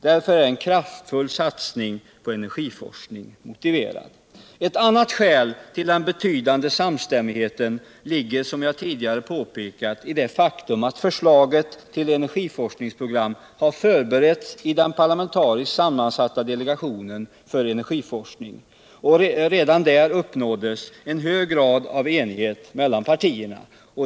Därför är en kraftfull satsning på cnergiforskning motiverad. Ett annat skäl till den betydande samstämmigheten ligger, som jag tidigare påpekat, i det faktum att förslaget till energiforskningsprogram har förberetts i den parlamentariskt sammansatta delegationen för energiforskning. Redan där uppnåddes en stor enighet mellan partierna.